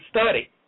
study